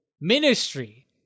Ministry